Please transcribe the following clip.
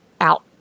out